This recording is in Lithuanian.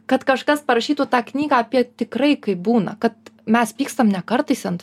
kad kažkas parašytų tą knygą apie tikrai kaip būna kad mes pykstam ne kartais ant